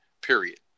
period